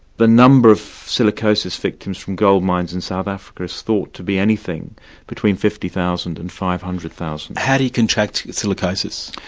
the number of silicosis victims from gold mines in south africa is thought to be anything between fifty thousand and five hundred thousand. how do you contract silicosis?